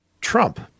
Trump